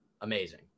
amazing